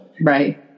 Right